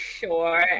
sure